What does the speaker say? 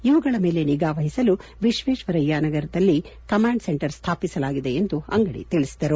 ಇವುಗಳ ಮೇಲೆ ನಿಗಾವಹಿಸಲು ವಿಶ್ವೇಶ್ವರಯ್ಯ ನಗರದಲ್ಲಿ ಕಮಾಂಡ್ ಸೆಂಟರ್ ಸ್ಟಾಪಿಸಲಾಗಿದೆ ಎಂದು ಅಂಗಡಿ ತಿಳಿಸಿದರು